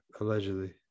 allegedly